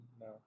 No